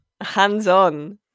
Hands-on